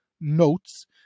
notes